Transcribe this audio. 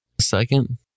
Second